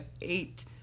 eight